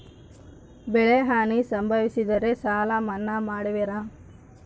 ಬೆಳೆಹಾನಿ ಸಂಭವಿಸಿದರೆ ಸಾಲ ಮನ್ನಾ ಮಾಡುವಿರ?